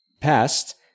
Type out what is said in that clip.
past